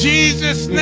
Jesus